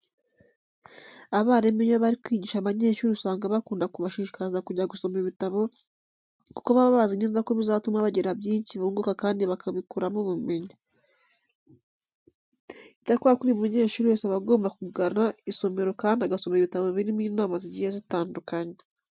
Abarimu iyo bari kwigisha abanyeshuri usanga bakunda kubashishikariza kujya gusoma ibitabo kuko baba bazi neza ko bizatuma bagira byinshi bunguka kandi bakabikuramo ubumenyi. Icyakora buri munyeshuri wese aba agomba kugana isomero kandi agasoma ibitabo birimo inama zigiye zitandukanye.